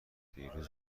دیروز